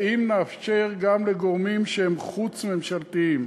האם נאפשר גם לגורמים שהם חוץ-ממשלתיים